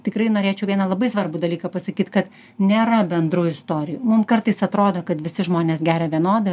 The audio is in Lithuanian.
tikrai norėčiau vieną labai svarbų dalyką pasakyt kad nėra bendrų istorijų mum kartais atrodo kad visi žmonės geria vienodai